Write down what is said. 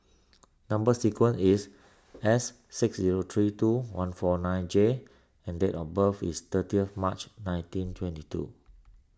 Number Sequence is S six zero three two one four nine J and date of birth is thirtieth March nineteen twenty two